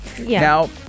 Now